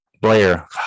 Blair